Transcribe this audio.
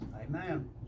Amen